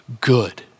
good